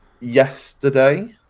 yesterday